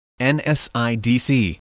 NSIDC